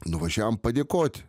nuvažiavom padėkot